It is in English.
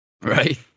Right